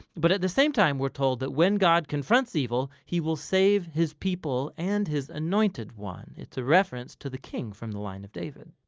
but at the same time we're told that when god confronts evil, he will save his people and his anointed one. it's a reference to the king from the line of david